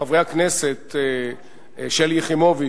חברי הכנסת שלי יחימוביץ,